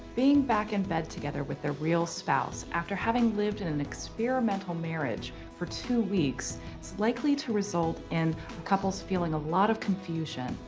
being back in bed together with their real spouse after having lived in an experimental marriage for two weeks is likely to result in couples feeling a lot of confusion.